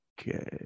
Okay